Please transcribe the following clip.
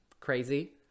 crazy